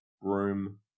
room